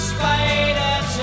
Spider